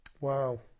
wow